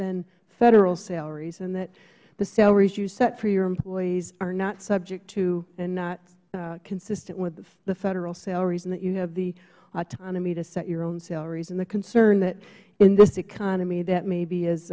than federal salaries and that the salaries you set for your employees are not subject to and not consistent with the federal salaries and that you have the autonomy to set your own salaries and the concern that in this economy that may be